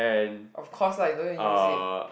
of course lah you don't need to use it